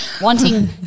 wanting